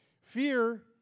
Fear